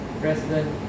President